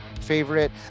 favorite